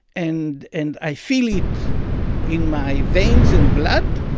and and i feel it in my veins and blood,